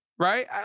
Right